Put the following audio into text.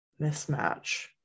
mismatch